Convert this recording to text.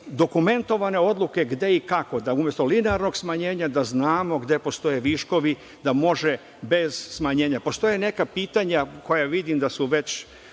dokumentovane odluke gde i kako, umesto linearnog smanjenja, da znamo gde postoje viškovi, da može bez smanjenja. Postoje neka pitanja koja vidim da su već